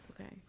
Okay